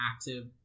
active